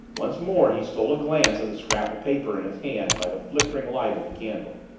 once more he stole a glance at the scrap of paper in his hand by the flickering light of the candle.